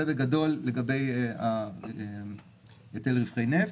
זה בגדול לגבי היטל רווחי נפט.